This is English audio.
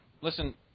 listen